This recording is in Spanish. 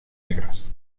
negras